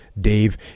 Dave